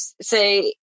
say